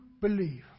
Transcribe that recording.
believe